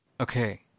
Okay